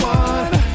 one